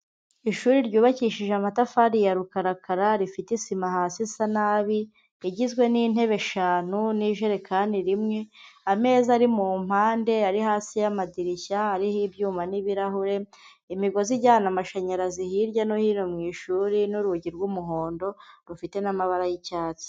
Ishuri ryubakishije amatafari ya rukarakara, rifite sima hasi isa nabi, rigizwe n'intebe eshanu n'ijerekani rimwe, ameza ari mu mpande, ari hasi y'amadirishya ariho ibyuma n'ibirahure, imigozi ijyana amashanyarazi hirya no hino mu ishuri, n'urugi rw'umuhondo rufite n'amabara y'icyatsi.